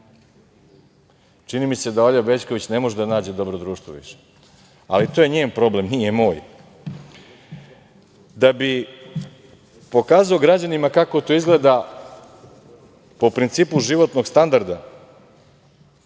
Čini mi se da Olja Bećković ne može da nađe dobro društvo više, ali to je njen problem, nije moj. Da bih pokazao građanima kako to izgleda, po principu životnog standarda,